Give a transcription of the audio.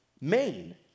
Maine